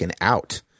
out